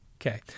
Okay